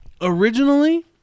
originally